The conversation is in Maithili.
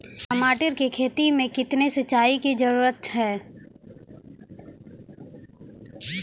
टमाटर की खेती मे कितने सिंचाई की जरूरत हैं?